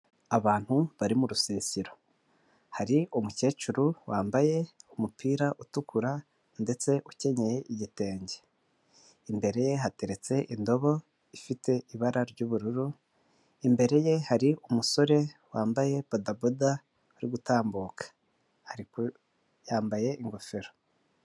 Abantu bari mu rusisiro, hari umukecuru wambaye umupira utukura ndetse ukenyeye igitenge, imbere ye hateretse indobo ifite ibara ry'ubururu, imbere ye hari umusore wambaye bodaboda uri gutambuka ariko yambaye ingofero.